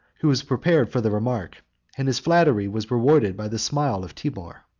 who was prepared for the remark and his flattery was rewarded by the smile of timour.